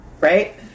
right